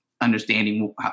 understanding